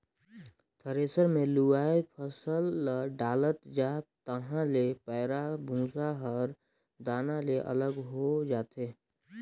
thresher मे लुवय फसल ल डालत जा तहाँ ले पैराःभूसा हर दाना ले अलग हो जाथे